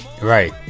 right